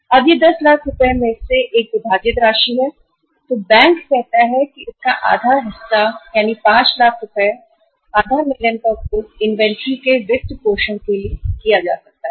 अब जब यह 10 लाख रुपये में से एक विभाजित राशि है तो बैंक कहता है कि इसका आधा हिस्सा राशि 5 लाख रुपये आधा मिलियन का उपयोग इन्वेंट्री के वित्तपोषण के लिए किया जा सकता है